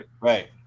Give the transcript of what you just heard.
Right